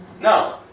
no